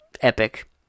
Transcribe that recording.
Epic